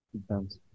Depends